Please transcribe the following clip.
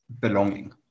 belonging